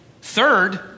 Third